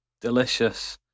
Delicious